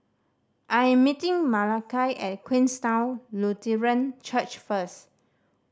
I am meeting Malakai at Queenstown Lutheran Church first